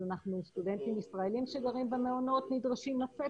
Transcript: אז סטודנטים ישראלים שגרים במעונות נדרשים לצאת